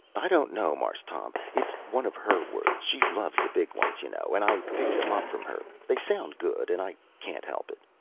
i don't know, marse tom, it's one of her words she loves the big ones, you know, and i pick them up from her they sound good and i can't help it.